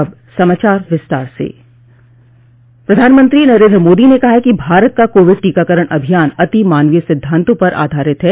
अब समाचार विस्तार से प्रधानमंत्री नरेन्द्र मोदी ने कहा है कि भारत का कोविड टीकाकरण अभियान अति मानवीय सिद्धांतों पर आधारित है